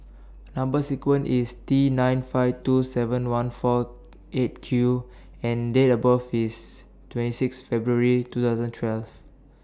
Number sequence IS T nine five two seven one four eight Q and Date of birth IS twenty six February two thousand and twelve